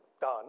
done